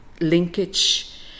linkage